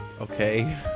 okay